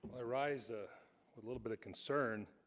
i rise a little bit of concern